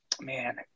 man